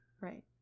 Right